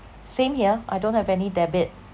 same here I don't have any debit